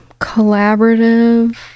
collaborative